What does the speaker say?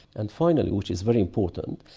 and finally, which is very important,